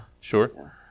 Sure